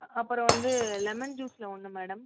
அப்புறம் வந்து லெமன் ஜூஸ்ல ஒன்று மேடம்